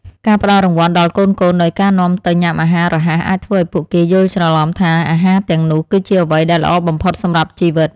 ការផ្តល់រង្វាន់ដល់កូនៗដោយការនាំទៅញ៉ាំអាហាររហ័សអាចធ្វើឲ្យពួកគេយល់ច្រឡំថាអាហារទាំងនោះគឺជាអ្វីដែលល្អបំផុតសម្រាប់ជីវិត។